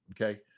Okay